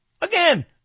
again